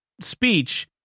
speech